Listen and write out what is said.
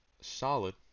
solid